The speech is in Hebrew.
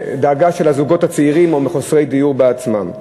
דאגה של הזוגות הצעירים מחוסרי הדיור בעצמם.